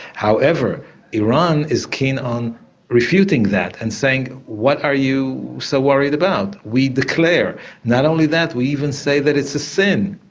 however iran is keen on refuting that and saying, what are you so worried about? we declare not only that we even say that it's a sin.